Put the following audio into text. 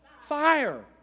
Fire